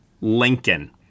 Lincoln